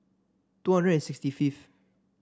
two hundred and sixty fifth